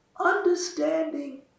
Understanding